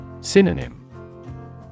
Synonym